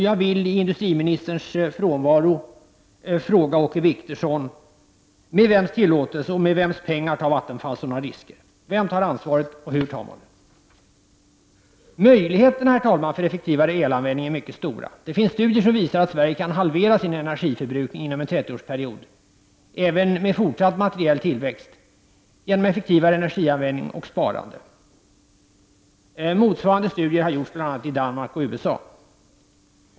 Jag vill i industriministerns frånvaro fråga Åke Wictorsson: Med vems tillåtelse och med vems pengar tar Vattenfall sådana risker? Vem tar ansvaret och hur tar man det? Herr talman! Möjligheterna för effektivare elanvändning är mycket stora. Det finns studier som visar att Sverige kan halvera sin energiförbrukning inom en 30-årsperiod, även med fortsatt materiell tillväxt, genom effektivare energianvändning och sparande. Motsvarande studier har gjorts bl.a. i Danmark och i USA.